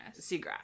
seagrass